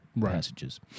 passages